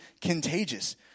contagious